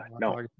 no